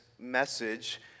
message